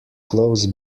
close